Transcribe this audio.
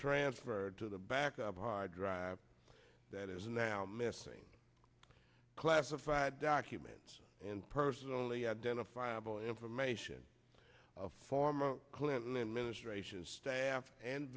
transferred to the backup hard drive that is now missing classified documents and personally identifiable information former clinton administration staff and